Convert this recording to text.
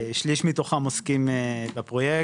שליש מתוכם עוסקים בפרויקט,